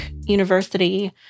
University